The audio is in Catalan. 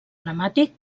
dramàtic